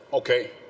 Okay